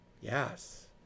yes